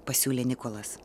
pasiūlė nikolas